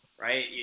right